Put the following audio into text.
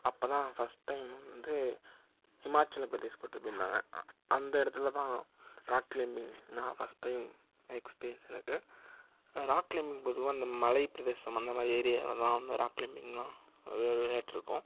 அப்போ தான் first time வந்து ஹிமாச்சலப்பிரதேஷ் கூட்டிட்டு போயிருந்தாங்க அந்த இடத்துல தான் ராக் கிளைம்பிங் நான் ஃபர்ஸ்ட் டைம் எக்ஸ்பீரியன்ஸ் எனக்கு ராக் கிளைம்பிங் பொதுவாக இந்த மலை பிரதேசம் அந்த மாதிரி ஏரியாவில தான் அந்த ராக் கிளைம்பிங் எல்லாம் ஒரு ஒரு விளையாட்டுருக்கும்